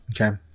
Okay